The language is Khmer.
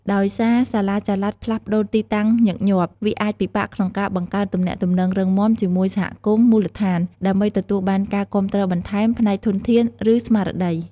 ហើយសារសាលាចល័តផ្លាស់ប្តូរទីតាំងញឹកញាប់ វាអាចពិបាកក្នុងការបង្កើតទំនាក់ទំនងរឹងមាំជាមួយសហគមន៍មូលដ្ឋាន ដើម្បីទទួលបានការគាំទ្របន្ថែមផ្នែកធនធាន ឬស្មារតី។